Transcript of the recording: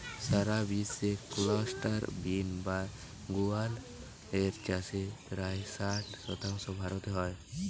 সারা বিশ্বে cluster bean বা গুয়ার এর চাষের প্রায় ষাট শতাংশ ভারতে হয়